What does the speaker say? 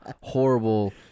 horrible